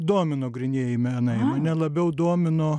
domino grynieji menai mane labiau domino